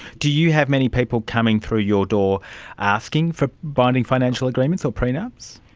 do you have many people coming through your door asking for binding financial agreements or prenups?